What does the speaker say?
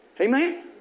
Amen